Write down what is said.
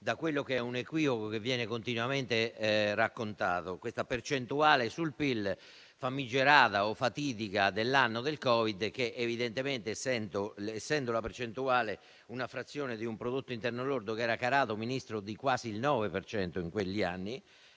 da quello che è un equivoco che viene continuamente raccontato: la percentuale sul PIL, famigerata o fatidica dell'anno del Covid, che evidentemente - essendo la percentuale una frazione di un prodotto interno lordo calato di quasi il 9 per cento in quegli anni